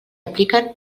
apliquen